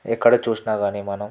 ఎక్కడ చూసినా కానీ మనం